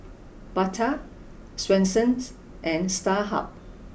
Bata Swensens and Starhub